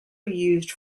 used